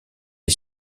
est